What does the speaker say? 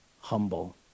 humble